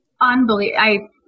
unbelievable